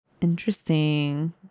Interesting